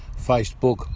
Facebook